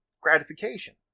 gratification